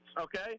okay